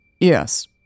Yes